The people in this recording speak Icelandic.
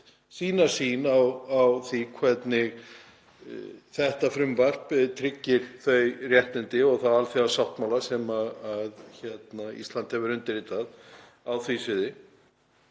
sína sýn á það hvernig þetta frumvarp tryggir þau réttindi og þá alþjóðasáttmála sem Ísland hefur undirritað á þessu sviði.